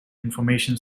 information